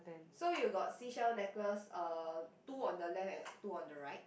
so you got seashell necklace uh two on the left and two on the right